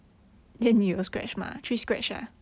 他真的很烦